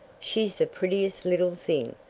she's the prettiest little thing,